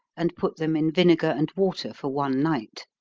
and put them in vinegar and water for one night.